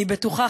אני בטוחה,